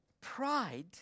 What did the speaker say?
pride